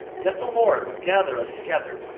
yet the lord would gather us together,